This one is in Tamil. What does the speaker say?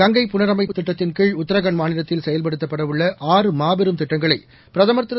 கங்கை புனரமைப்புத் திட்டத்தின் கீழ் உத்தராகண்ட் மாநிலத்தில் செயல்படுத்தப்படவுள்ள ஆறு மாபெரும் திட்டங்களை பிரதமர் திரு